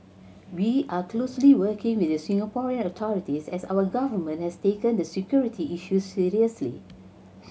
we are closely working with the Singaporean authorities as our government has taken the security issue seriously